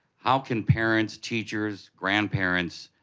how can parents, teachers, grandparents,